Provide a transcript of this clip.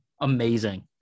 amazing